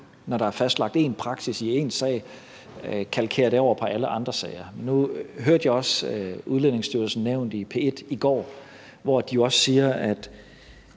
når der er fastlagt én praksis i én sag, kalkere den over på alle andre sager. Nu hørte jeg også Udlændingestyrelsen medvirke i P1 i går, hvor de jo også siger, at